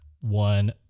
One